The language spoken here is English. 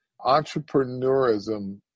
entrepreneurism